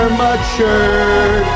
mature